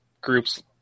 group's